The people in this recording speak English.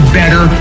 better